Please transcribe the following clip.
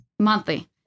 monthly